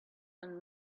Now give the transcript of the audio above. and